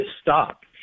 stop